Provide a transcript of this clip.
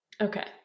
Okay